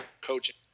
coaching